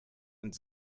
und